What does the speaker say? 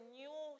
new